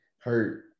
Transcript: hurt